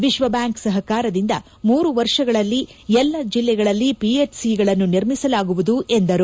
ವಿಶ್ವಬ್ಯಾಂಕ್ ಸಹಕಾರದಿಂದ ಮೂರು ವರ್ಷಗಳಲ್ಲಿ ಎಲ್ಲ ಜಿಲ್ಲೆಗಳಲ್ಲಿ ಪಿಎಚ್ಸಿಗಳನ್ನು ನಿರ್ಮಿಸಲಾಗುವುದು ಎಂದರು